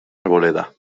arboleda